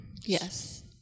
Yes